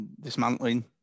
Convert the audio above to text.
dismantling